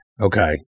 Okay